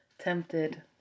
tempted